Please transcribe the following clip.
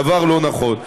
דבר לא נכון.